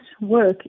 work